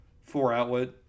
four-outlet